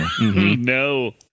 No